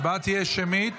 ההצבעה תהיה שמית.